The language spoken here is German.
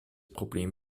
problem